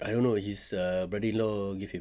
I don't know his brother-in-law give him